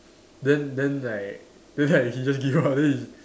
then then like then like he just give her then he